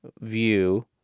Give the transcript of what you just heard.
view